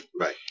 Right